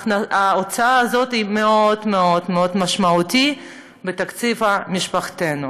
ההוצאה הזאת היא מאוד מאוד מאוד משמעותית בתקציב משפחתנו.